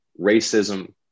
racism